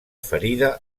ferida